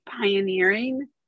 pioneering